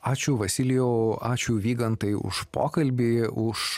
ačiū vasilijau ačiū vygantai už pokalbį už